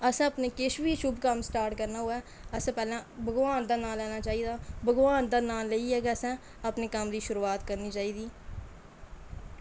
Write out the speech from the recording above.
अस अपने किश बी शुभ कम्म स्टार्ट करना होऐ अस पैह्लें भगवान दा नाम लैना चाहिदा भगवान दा नांऽ लेइयै गै असें अपने कम्म दी शुरूआत करनी चाहिदी